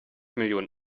millionen